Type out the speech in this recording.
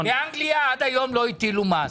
באנגליה עד היום לא הטילו מס.